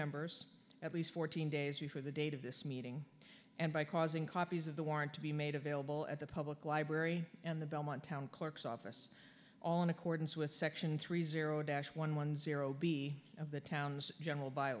members at least fourteen days before the date of this meeting and by causing copies of the warrant to be made available at the public library and the belmont town clerk's office all in accordance with section three zero dash one one zero b of the town's general by